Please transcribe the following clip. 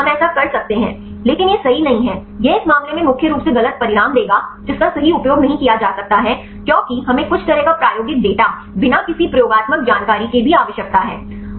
लेकिन हम ऐसा कर सकते हैं लेकिन यह सही नहीं है यह इस मामले में मुख्य रूप से गलत परिणाम देगा जिसका सही उपयोग नहीं किया जा सकता है क्योंकि हमें कुछ तरह का प्रायोगिक डेटा बिना किसी प्रयोगात्मक जानकारी के भी आवश्यकता है